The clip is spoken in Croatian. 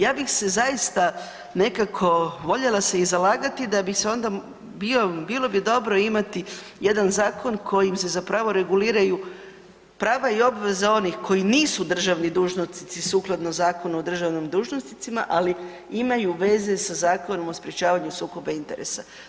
Ja bih se zaista nekako voljela se i zalagati da bi se onda, bio, bilo bi dobro imati jedan zakon kojim se zapravo reguliraju prava i obveze onih koji nisu državni dužnosnici sukladno Zakonu o državnim dužnosnicima, ali imaju veze sa Zakonom o sprječavanju sukoba interesa.